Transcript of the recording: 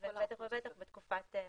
ובטח בתקופת חירום.